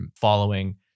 following